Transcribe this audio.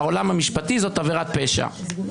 בעולם המשפטי זאת עבירת פשע.